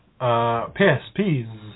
PSPs